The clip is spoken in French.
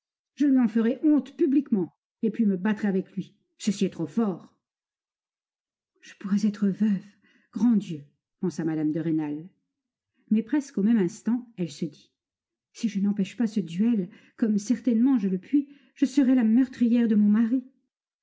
je lui en ferai honte publiquement et puis me battrai avec lui ceci est trop fort je pourrais être veuve grand dieu pensa mme de rênal mais presque au même instant elle se dit si je n'empêche pas ce duel comme certainement je le puis je serai la meurtrière de mon mari